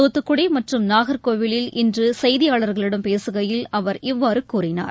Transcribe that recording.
தூத்துக்குடி மற்றும் நாகர்கோவிலில் இன்று செய்தியாளர்களிடம் பேசுகையில் அவர் இவ்வாறு கூறினார்